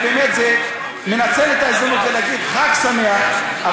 באמת לנצל את ההזדמנות ולהגיד חג שמח.